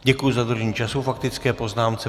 Děkuji za dodržení času k faktické poznámce.